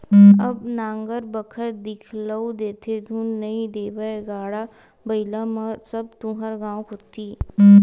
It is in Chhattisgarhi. अब नांगर बखर दिखउल देथे धुन नइ देवय गाड़ा बइला मन सब तुँहर गाँव कोती